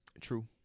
True